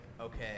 okay